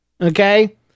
Okay